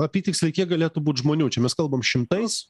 apytiksliai kiek galėtų būt žmonių čia mes kalbam šimtais